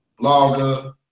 blogger